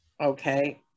Okay